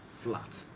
flat